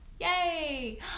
Yay